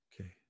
Okay